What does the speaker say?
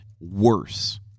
worse